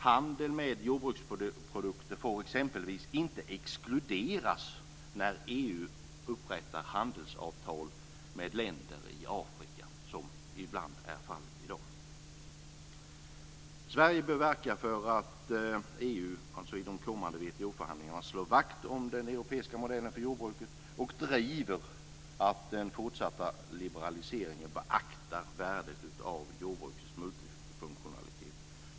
Handel med jordbruksprodukter får exempelvis inte exkluderas när EU upprättar handelsavtal med länder i Afrika, som ibland är fallet i dag. Sverige bör verka för att EU i de kommande WTO-förhandlingarna slår vakt om den europeiska modellen för jordbruket och driver att man i den fortsatta liberaliseringen beaktar värdet av jordbrukets multifunktionalitet. Fru talman!